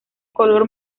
color